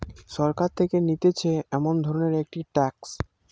সরকার থেকে নিতেছে এমন ধরণের একটি ট্যাক্স